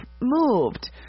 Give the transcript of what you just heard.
moved